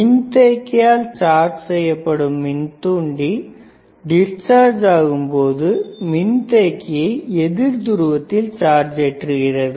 மின்தேக்கியால் charge செய்யப்படும் மின்தூண்டி discharge ஆகும் பொழுது மின்தேக்கியை எதிர் துருவத்தில் சார்ஜ் ஏற்றுகிறது